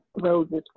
Rose's